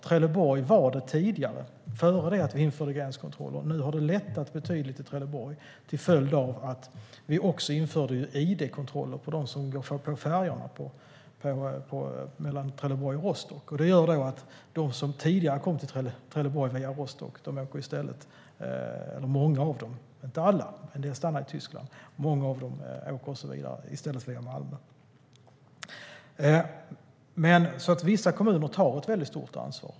Trelleborg var det tidigare, innan vi införde gränskontroller. Nu har det lättat betydligt i Trelleborg till följd av att vi införde id-kontroller av dem som går ombord på färjorna mellan Rostock och Trelleborg. Det gör att många av dem som tidigare kom till Trelleborg via Rostock - inte alla; en del stannar i Tyskland - nu i stället åker via Malmö. Vissa kommuner tar alltså väldigt stort ansvar.